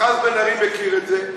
אחז בן ארי מכיר את זה,